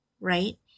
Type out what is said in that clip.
Right